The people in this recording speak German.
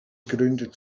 gründet